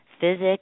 physics